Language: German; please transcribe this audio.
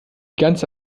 ganze